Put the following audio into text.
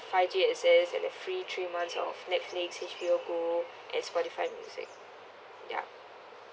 five G access and the free three months of Netflix H_B_O gold and Spotify music yup